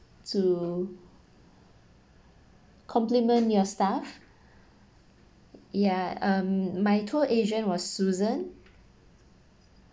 to compliment your staff yeah um my tour agent was susan